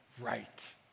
right